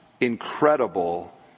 incredible